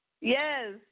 Yes